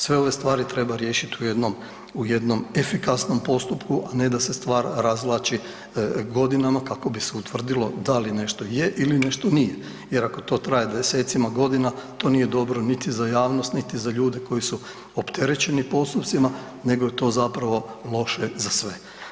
Sve ove stvari treba riješiti u jednom, u jednom efikasnom postupku, a ne da se stvar razvlači godinama kako bi se utvrdilo da li nešto je ili nešto nije jer ako to traje 10-cima godina to nije dobro niti za javnost, niti za ljude koji su opterećeni postupcima nego je to zapravo loše za sve.